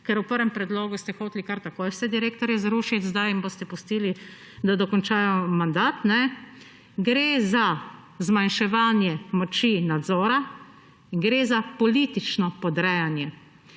ker v prvem predlogu ste hoteli kar takoj vse direktorje zrušiti, zdaj jim boste pustili, da dokončajo mandat, gre za zmanjševanje moči nadzora, gre za politično podrejanje.